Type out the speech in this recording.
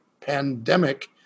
pandemic